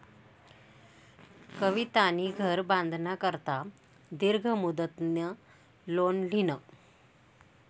कवितानी घर बांधाना करता दीर्घ मुदतनं लोन ल्हिनं